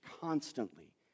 constantly